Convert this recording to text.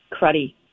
cruddy